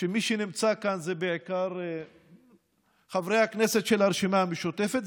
שמי שנמצא כאן זה בעיקר חברי הכנסת של הרשימה המשותפת?